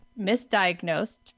misdiagnosed